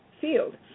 field